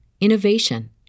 innovation